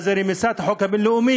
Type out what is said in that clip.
מה זו רמיסת החוק הבין-לאומי,